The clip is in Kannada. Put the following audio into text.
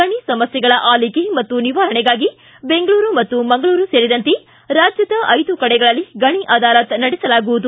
ಗಣಿ ಸಮಸ್ನೆಗಳ ಆಲಿಕೆ ಮತ್ತು ನಿವಾರಣೆಗಾಗಿ ಬೆಂಗಳೂರು ಮತ್ತು ಮಂಗಳೂರು ಸೇರಿದಂತೆ ರಾಜ್ಯದ ಐದು ಕಡೆಗಳಲ್ಲಿ ಗಣಿ ಅದಾಲತ್ ನಡೆಸಲಾಗುವುದು